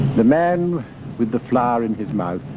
the man with the flower in his mouth.